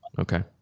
Okay